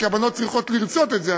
כי הבנות צריכות לרצות את זה,